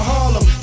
Harlem